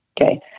Okay